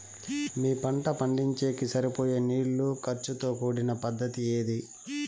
మీ పంట పండించేకి సరిపోయే నీళ్ల ఖర్చు తో కూడిన పద్ధతి ఏది?